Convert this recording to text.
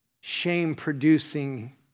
shame-producing